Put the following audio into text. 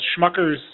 schmuckers